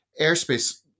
airspace